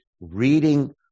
reading